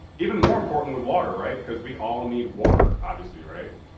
even more important with water, right, because we all need water obviously, right.